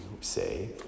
say